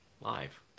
live